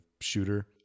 shooter